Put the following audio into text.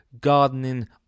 gardening